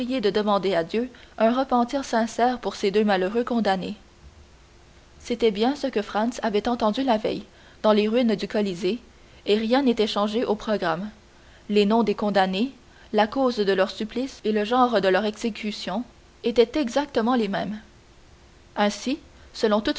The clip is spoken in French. de demander à dieu un repentir sincère pour ces deux malheureux condamnés c'était bien ce que franz avait entendu la surveille dans les ruines du colisée et rien n'était changé au programme les noms des condamnés la cause de leur supplice et le genre de leur exécution étaient exactement les mêmes ainsi selon